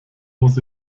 muss